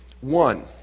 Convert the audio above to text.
One